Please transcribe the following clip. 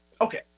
Okay